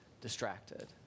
distracted